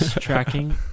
tracking